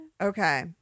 Okay